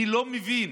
אני לא מבין